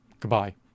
Goodbye